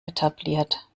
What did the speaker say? etabliert